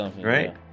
Right